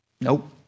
Nope